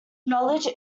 knowledge